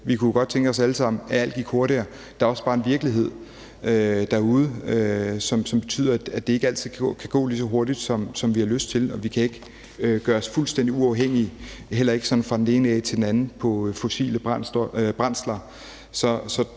vi kunne jo godt alle sammen tænke os, at alt gik hurtigere. Der er bare også en virkelighed derude, som betyder, at det ikke altid kan gå lige så hurtigt, som vi har lyst til, og vi kan ikke gøre os fuldstændig uafhængige, heller ikke sådan fra den ene dag til den anden, i forhold til fossile brændsler.